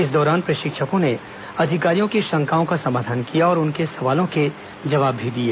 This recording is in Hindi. इस दौरान प्रशिक्षकों ने अधिकारियों की शंकाओं का समाधान किया और उनके सवालों के जवाब भी दिए